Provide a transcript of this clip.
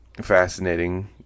fascinating